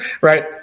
right